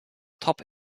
top